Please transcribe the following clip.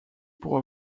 pour